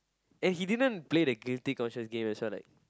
and he didn't play the guilty conscience thing as well like